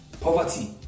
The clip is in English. Poverty